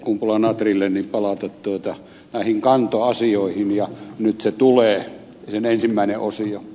kumpula natrille palata näihin kantoasioihin ja nyt se tulee sen ensimmäinen osio